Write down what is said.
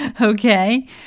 okay